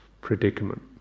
predicament